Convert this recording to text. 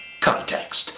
Context